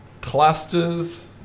Clusters